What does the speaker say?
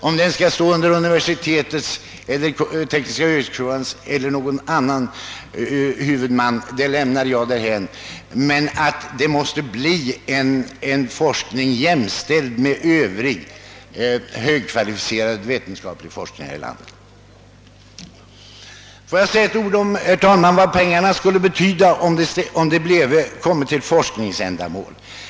Om den skall sortera under universiteten, tekniska högskolan eller under någon annan huvudman lämnar jag därhän, men det måste bli en fri forskning jämställd med annan högkvalificerad forskning här i landet. Får jag så säga några ord om vad dessa pengar skulle betyda om de anslogs till forskning.